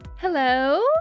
Hello